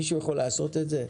מישהו יכול לעשות את זה?